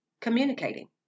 communicating